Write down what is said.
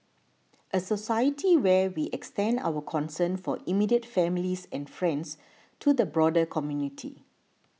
a society where we extend our concern for immediate families and friends to the broader community